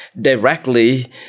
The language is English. directly